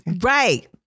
Right